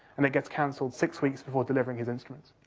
and it gets cancelled six weeks before delivering his instruments.